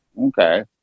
okay